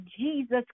Jesus